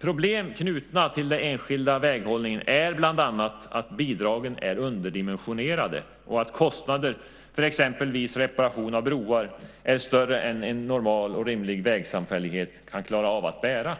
Problem knutna till den enskilda väghållningen är bland annat att bidragen är underdimensionerade och att kostnader för exempelvis reparation av broar är större än vad en normal och rimlig vägsamfällighet kan klara av att bära.